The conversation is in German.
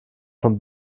von